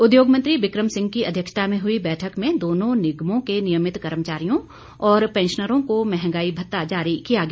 उद्योग मंत्री बिकम सिंह की अध्यक्षता में हुई बैठक में दोनों निगमों के नियमित कर्मचारियों और पैंशनरों को महंगाई भत्ता जारी किया गया